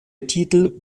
titel